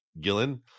gillen